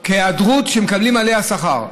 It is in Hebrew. בכל יום של טיפול כהיעדרות שמקבלים עליה שכר.